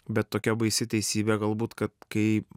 bet tokia baisi teisybė galbūt kad kai